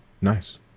Nice